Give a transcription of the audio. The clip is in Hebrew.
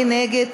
מי נגד?